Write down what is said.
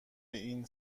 این